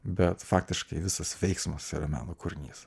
bet faktiškai visas veiksmas yra meno kūrinys